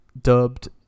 dubbed